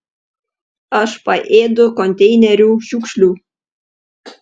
aš paėdu konteinerių šiukšlių